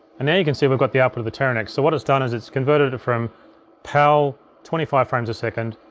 and there you can see, we've got the output of the teranex. so what it's done is it's converted it from pal twenty five frames a second,